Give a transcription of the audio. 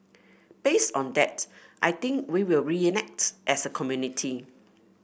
based on that I think we will react as a community